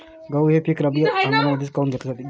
गहू हे पिक रब्बी हंगामामंदीच काऊन घेतले जाते?